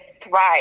thrive